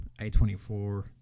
A24